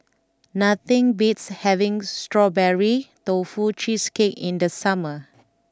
nothing beats having Strawberry Tofu Cheesecake in the summer